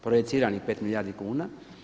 Projiciranih 5 milijardi kuna.